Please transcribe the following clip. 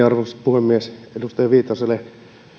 arvoisa puhemies edustaja viitaselle